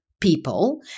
people